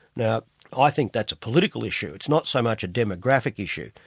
now i think that's a political issue, it's not so much a demographic issue.